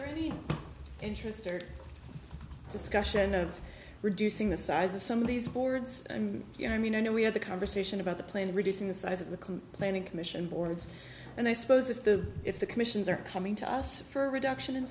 there any interest or discussion of reducing the size of some of these boards i mean you know i mean i know we had the conversation about the plane reducing the size of the complaining commission boards and i suppose if the if the commissions are coming to us for a reduction in